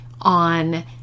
on